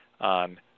on